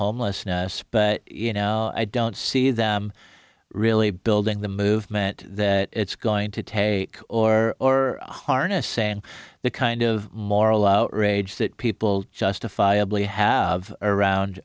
homelessness but you know i don't see them really building the movement that it's going to take or harness saying the kind of moral outrage that people justifiably have around